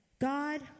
god